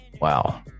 Wow